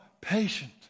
patient